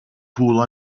pool